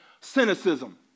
Cynicism